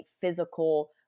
physical